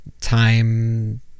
time